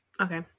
Okay